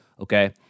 okay